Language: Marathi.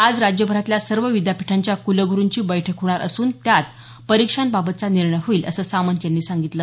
आज राज्यभरातल्या सर्व विद्यापीठांच्या कुलगुरूंची बैठक होणार असून त्यात परीक्षांबाबतचा निर्णय होईल असं सामंत यांनी सांगितलं